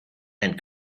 and